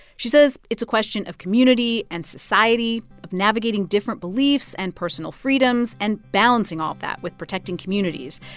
she says it's a question of community and society, of navigating different beliefs and personal freedoms, and balancing all of that with protecting communities,